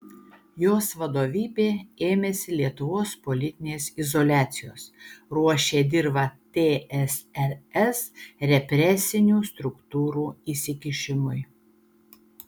jos vadovybė ėmėsi lietuvos politinės izoliacijos ruošė dirvą tsrs represinių struktūrų įsikišimui